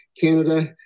Canada